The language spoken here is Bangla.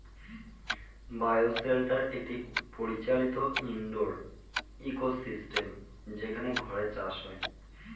বায় শেল্টার একটি পরিচালিত ইনডোর ইকোসিস্টেম যেখানে ঘরে চাষ হয়